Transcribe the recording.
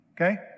Okay